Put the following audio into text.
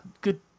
good